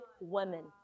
women